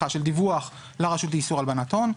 דיווח לרשות לאיסור הלבנת הון,